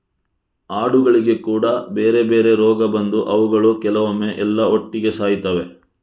ಆಡುಗಳಿಗೆ ಕೂಡಾ ಬೇರೆ ಬೇರೆ ರೋಗ ಬಂದು ಅವುಗಳು ಕೆಲವೊಮ್ಮೆ ಎಲ್ಲಾ ಒಟ್ಟಿಗೆ ಸಾಯ್ತವೆ